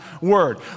word